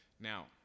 Now